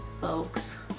folks